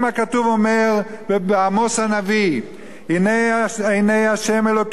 בעמוס הנביא: "הנה עיני השם אלוקים בממלכה החטאה",